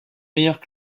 meilleures